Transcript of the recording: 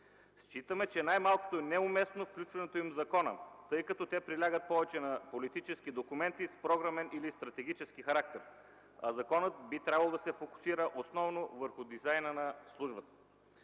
Считаме, че най-малкото е неуместно включването им в закона, тъй като те прилягат повече на политически документи с програмен или стратегически характер, а законът би трябвало да се фокусира основно върху дизайна на службата.